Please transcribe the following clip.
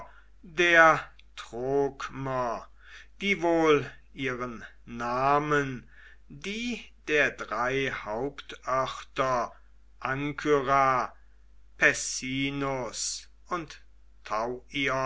der trokmer die wohl ihren namen die der drei hauptörter ankyra pessinus und tauion